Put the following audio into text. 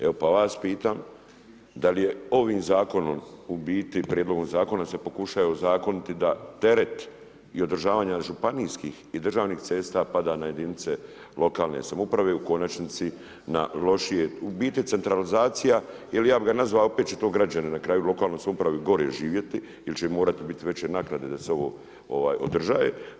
Evo, pa vas pitam, da li je ovim zakonom, u biti prijedlogom zakona se pokušaju ozakoniti da teret i održavanje županijskih i državnih cesta pada na jedinice lokalne samouprave, u konačnici na lošije, u biti centralizacija, jer ja bi ga nazvao, opet će to građani, na kraju, lokalnoj samoupravi, gore živjeti, jer će im morati biti veće naknade da se ovo održavanje.